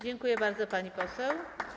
Dziękuję bardzo, pani poseł.